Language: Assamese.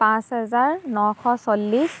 পাঁচ হাজাৰ নশ চল্লিছ